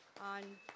On